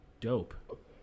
Dope